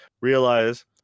realize